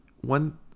One